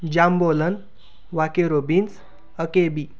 jambolan वाकेरो beans अकेबी